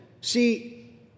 See